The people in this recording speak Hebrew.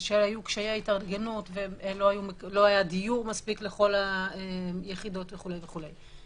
היו קשיי התארגנות ולא היה דיור מספיק לכל היחידות וכו'.